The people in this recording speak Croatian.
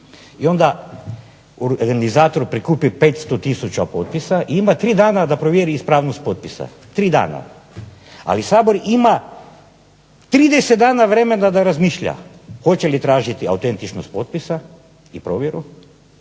I onda organizator prikupi 500000 potpisa i ima tri dana da provjeri ispravnost potpisa, tri dana. Ali Sabor ima 30 dana vremena da razmišlja hoće li tražiti autentičnost potpisa i provjeru,